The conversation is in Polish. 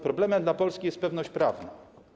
Problemem dla Polski jest pewność prawna.